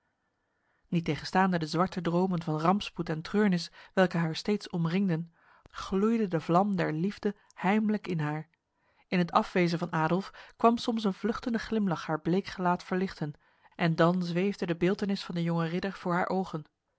niettegenstaande de zwarte dromen van rampspoed en treurnis welke haar steeds omringden gloeide de vlam der liefde heimlijk in haar in het afwezen van adolf kwam soms een vluchtende glimlach haar bleek gelaat verlichten en dan zweefde de beeltenis van de jonge ridder voor haar ogen